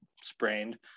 sprained